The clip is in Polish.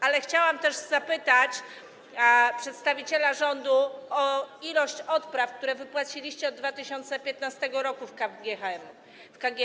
Ale chciałam też zapytać przedstawiciela rządu o ilość odpraw, które wypłaciliście od 2015 r. w KGHM-ie.